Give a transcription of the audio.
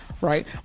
right